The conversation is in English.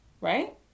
right